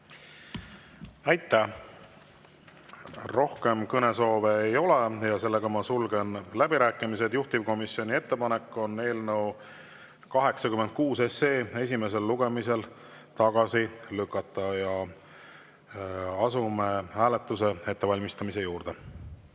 Aitäh! Rohkem kõnesoove ei ole. Ma sulgen läbirääkimised. Juhtivkomisjoni ettepanek on eelnõu 86 esimesel lugemisel tagasi lükata. Asume hääletuse ettevalmistamise juurde.